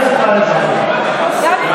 שיחזיר את